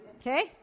Okay